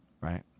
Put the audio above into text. right